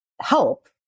help